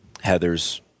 Heather's